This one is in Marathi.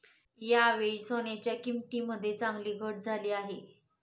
यावेळी सोन्याच्या किंमतीमध्ये चांगलीच घट झाली आहे